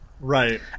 Right